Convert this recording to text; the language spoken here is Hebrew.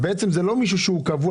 יוצא שבעצם זה לא מישהו שהוא קבוע,